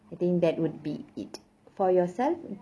I think that would be it for yourself